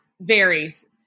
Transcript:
varies